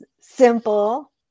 simple